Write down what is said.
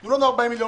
תנו לנו 40 מיליון,